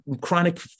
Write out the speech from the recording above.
chronic